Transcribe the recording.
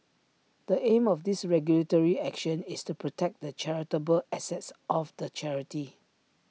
the aim of this regulatory action is to protect the charitable assets of the charity